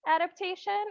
adaptation